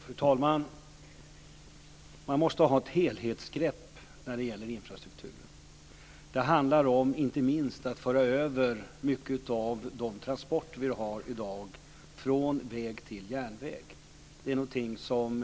Fru talman! Man måste ha ett helhetsgrepp när det gäller infrastrukturen. Inte minst handlar det om att föra över mycket av de transporter vi i dag har från väg till järnväg. Det är någonting som